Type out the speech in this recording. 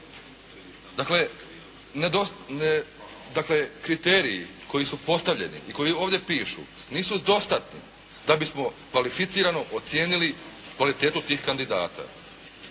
Dakle, kriteriji koji su postavljeni i koji ovdje pišu nisu dostatni da bismo kvalificirano ocijenili kvalitetu tih kandidata.